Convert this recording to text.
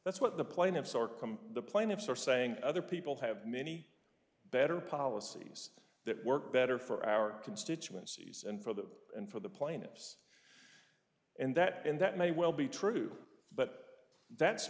that's what the plaintiffs are come the plaintiffs are saying other people have many better policies that work better for our constituencies and for the and for the plaintiffs and that and that may well be true but that's